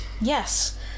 Yes